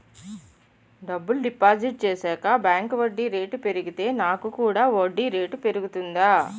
డబ్బులు డిపాజిట్ చేశాక బ్యాంక్ వడ్డీ రేటు పెరిగితే నాకు కూడా వడ్డీ రేటు పెరుగుతుందా?